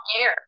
air